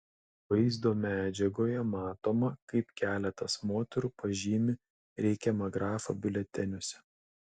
vaizdo medžiagoje matoma kaip keletas moterų pažymi reikiamą grafą biuleteniuose